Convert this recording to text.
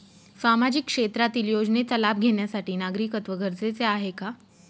सामाजिक क्षेत्रातील योजनेचा लाभ घेण्यासाठी नागरिकत्व गरजेचे आहे का?